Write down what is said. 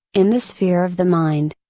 in the sphere of the mind,